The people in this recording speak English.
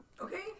Okay